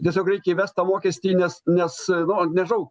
tiesiog reikia įvest tą mokestį nes nes nu nežinau